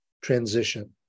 transition